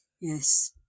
yes